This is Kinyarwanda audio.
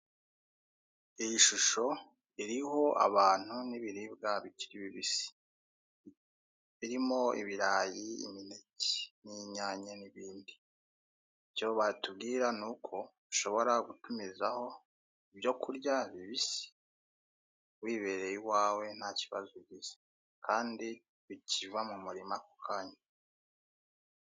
Iyi shusho iriho abantu n'ibiribwa bikiri bibisi birimo ibirayi, imineke n'inyanya n'ibindi, icyo batubwira ni uko ushobora gutumizaho ibyo kurya bibisi wibereye iwawe nta kibazo ugize, kandi bikiva mu murima ako kanya.